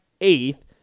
eighth